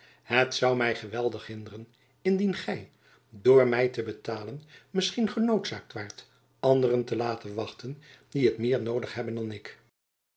het zoû my geweldig hinderen indien gy door my te betalen misschien genoodzaakt waart anderen te laten wachten die het meer noodig hebben dan ik